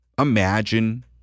imagine